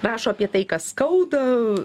rašo apie tai kas skauda